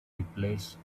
replaced